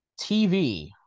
TV